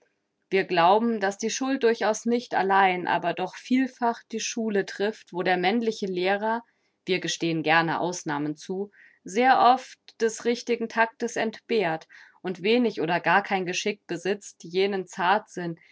wir glauben daß die schuld durchaus nicht allein aber doch vielfach die schule trifft wo der männliche lehrer wir gestehen gerne ausnahmen zu sehr oft des richtigen tactes entbehrt und wenig oder gar kein geschick besitzt jenen